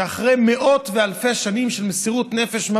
שאחרי מאות ואלפי שנים של מסירות נפש,